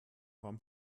haben